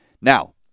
Now